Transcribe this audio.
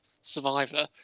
Survivor